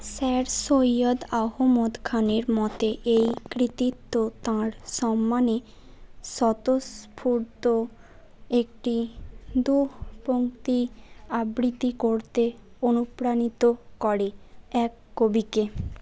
sir Syed Ahmad খানের মতে এই কৃতিত্ব তাঁর সম্মানে স্বতঃস্ফূর্ত একটি দুপংক্তি আবৃত্তি করতে অনুপ্রাণিত করে এক কবিকে